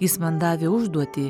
jis man davė užduotį